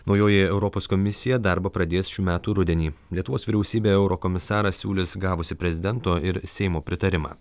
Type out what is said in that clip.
naujoji europos komisija darbą pradės šių metų rudenį lietuvos vyriausybė eurokomisarą siūlys gavusi prezidento ir seimo pritarimą